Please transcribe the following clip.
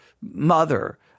mother